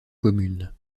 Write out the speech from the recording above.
communes